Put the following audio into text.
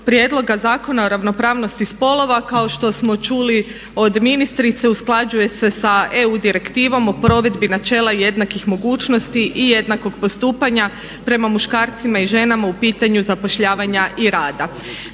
prijedloga zakona o ravnopravnosti spolova kao što smo čuli od ministrice usklađuje se sa EU direktivom o provedbi načela jednakih mogućnosti i jednakog postupanja prema muškarcima i ženama u pitanju zapošljavanja i rada.